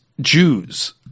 Jews